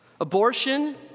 Abortion